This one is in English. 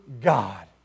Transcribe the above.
God